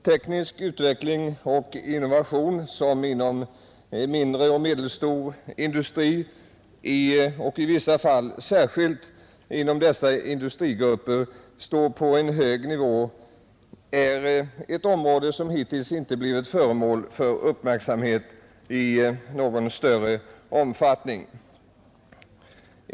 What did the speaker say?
Teknisk utveckling och innovation, som inom mindre och medelstor tagens tillväxtproblem industri och i vissa fall särskilt inom dessa industrigrupper står på en hög nivå, är ett område som hittills inte blivit föremål för uppmärksamhet i någon större omfattning.